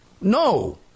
No